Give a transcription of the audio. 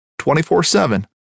24-7